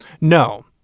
No